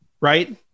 right